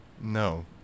no